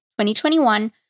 2021